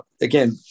again